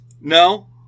No